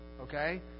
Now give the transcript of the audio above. Okay